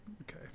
Okay